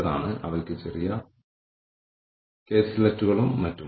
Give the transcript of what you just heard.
എത്രപേർ ഇപ്പോഴും ഓർഗനൈസേഷനിൽ തുടരാൻ ആഗ്രഹിക്കുന്നു എന്ന് നമ്മൾ വിലയിരുത്തുന്നു